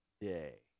day